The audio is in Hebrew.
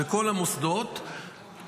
בכל המוסדות,